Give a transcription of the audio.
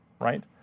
right